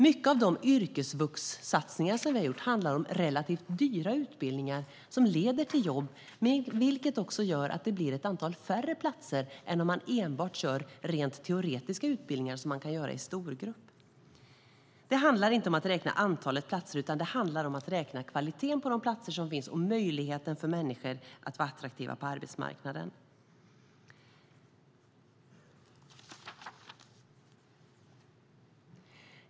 Mycket av de yrkesvuxsatsningar som vi har gjort handlar om relativt dyra utbildningar som leder till jobb, vilket också gör att det blir ett mindre antal platser än om man enbart kör rent teoretiska utbildningar som man kan göra i storgrupp. Det handlar inte om att räkna antalet platser, utan om kvaliteten på de platser som finns och möjligheten för människor att vara attraktiva på arbetsmarknaden.